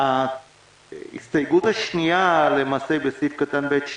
ההסתייגות השנייה היא שבסעיף (ב2)